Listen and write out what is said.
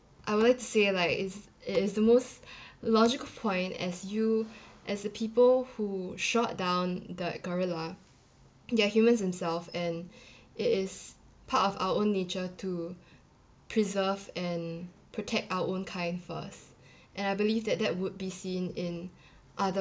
I would say like it's it is the most logical point as you as the people who shot down the gorilla ya humans themselves and it is part of our own nature to preserve and protect our own kind first and I believe that that would be seen in other